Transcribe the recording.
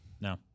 No